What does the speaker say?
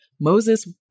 Moses